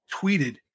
tweeted